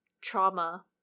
trauma